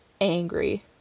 angry